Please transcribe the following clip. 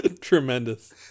Tremendous